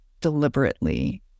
deliberately